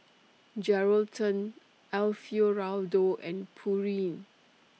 Geraldton Alfio Raldo and Pureen